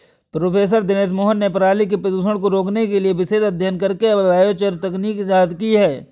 professor Dinesh Mohan ने पराली के प्रदूषण को रोकने के लिए विशेष अध्ययन करके बायोचार तकनीक इजाद की है